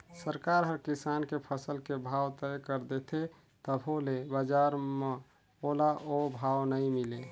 सरकार हर किसान के फसल के भाव तय कर देथे तभो ले बजार म ओला ओ भाव नइ मिले